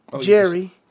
Jerry